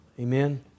Amen